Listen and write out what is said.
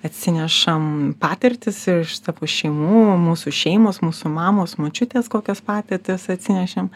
atsinešam patirtis iš savo šeimų mūsų šeimos mūsų mamos močiutės kokias patirtis atsinešėm